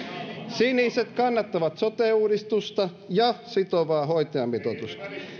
siniset kannattavat sote uudistusta ja sitovaa hoitajamitoitusta